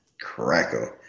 Crackle